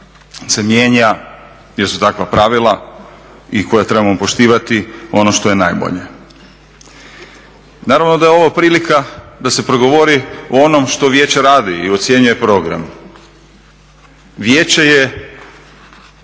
se mijenja, jer su takva pravila i koja trebamo poštivati, ono što je najbolje. Naravno da je ovo prilika da se progovori o onom što vijeće radi i ocjenjuje program. Vijeće je